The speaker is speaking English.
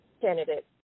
candidate